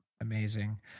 Amazing